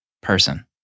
person